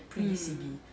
mm